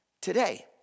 today